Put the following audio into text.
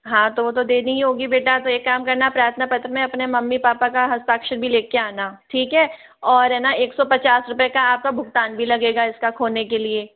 हाँ वो तो देनी ही होगी बेटा तो एक काम करना प्रार्थना पत्र में आपने मम्मी पापा का हस्ताक्षर भी लेके आना ठीक है और है ना एक सौ पचास रुपए का आपका भुगतान भी लगेगा इसका खोने के किए